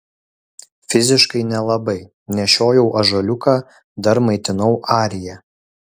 fiziškai nelabai nešiojau ąžuoliuką dar maitinau ariją